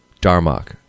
Darmok